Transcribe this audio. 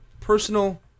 personal